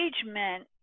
Engagement